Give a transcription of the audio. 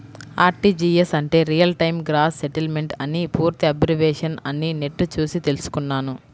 RTGS అంటే real time gross settlement అని పూర్తి అబ్రివేషన్ అని నెట్ చూసి తెల్సుకున్నాను